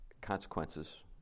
consequences